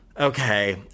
Okay